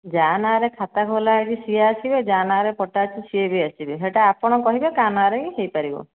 ଯାହା ନାଁ'ରେ ଖାତା ଖୋଲା ହେଇଛି ସିଏ ଆସିବେ ଯାହା ନାଁ'ରେ ପଟା ଅଛି ସିଏ ବି ଆସିବେ ସେଇଟା ଆପଣ କହିବେ କି କାହା ନାଁ'ରେ ହେଇପାରିବ